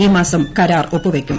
ഈ മാസം കരാർ ഒപ്പുവയ്ക്കും